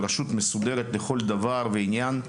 ברשות מסודרת לכל דבר ועניין.